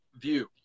view